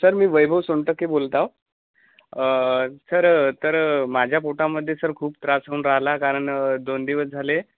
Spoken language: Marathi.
सर मी वैभव सोनटके बोलत आहे सर तर माझ्या पोटामध्ये सर खूप त्रास होऊन राहिला कारण दोन दिवस झाले